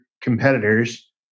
competitors